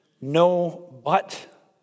no-but